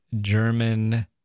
German